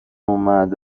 اومد